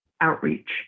Outreach